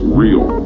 real